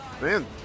Man